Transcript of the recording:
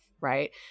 right